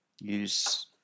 use